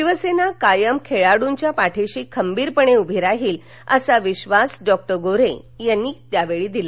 शिवसेना कायम खेळाडूंच्या पाठीशी खंबीरपणे उभी राहील असा विश्वास डॉ गोऱ्हे यांनी यावेळी केला